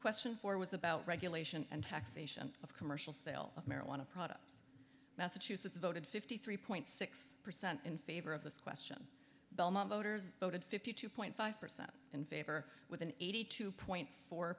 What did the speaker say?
question for was about regulation and taxation of commercial sale of marijuana products massachusetts voted fifty three point six percent in favor of this question belmont voters voted fifty two point five percent in favor with an eighty two point four